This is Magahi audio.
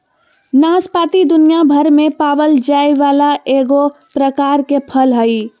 नाशपाती दुनियाभर में पावल जाये वाला एगो प्रकार के फल हइ